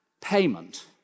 payment